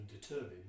determined